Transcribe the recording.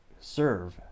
serve